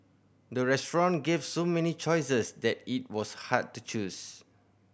the restaurant gave so many choices that it was hard to choose